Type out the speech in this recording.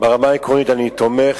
ברמה העקרונית אני תומך.